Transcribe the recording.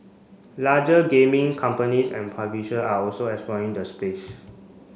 larger gaming companies and publisher are also exploring the space